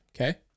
Okay